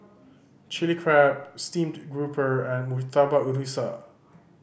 Chilli Crab steamed grouper and Murtabak Rusa